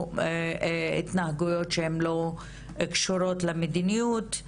או התנהגויות שהם לא קשורות למדיניות,